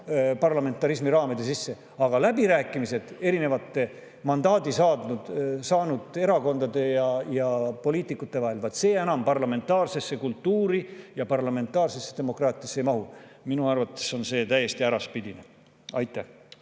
parlamentarismi raamide sisse, aga läbirääkimised mandaadi saanud erakondade ja poliitikute vahel, vaat see enam parlamentaarsesse kultuuri ja parlamentaarsesse demokraatiasse ei mahu – minu arvates on see täiesti äraspidine. Kert